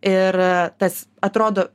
ir tas atrodo